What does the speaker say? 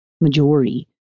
majority